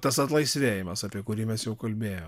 tas atlaisvėjimas apie kurį mes jau kalbėjom